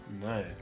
No